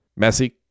Messi